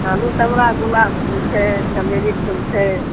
कहलहुँ तऽ हमरा गुलाब फूल छै चमेलीके फूल छै